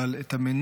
אבל את המניע,